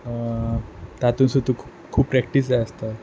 तातू सुद्दां खू खूब प्रॅक्टीस जाय आसता